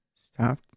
Stop